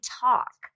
talk